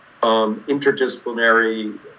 interdisciplinary